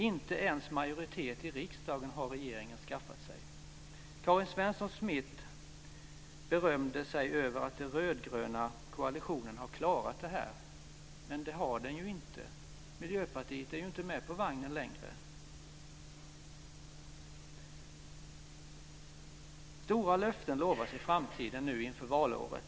Inte ens majoritet i riksdagen har regeringen skaffat sig. Karin Svensson Smith berömde sig av att den rödgröna koalitionen har klarat det här, men det har den inte. Miljöpartiet är ju inte med på vagnen längre. Stora löften ges om framtiden nu inför valåret.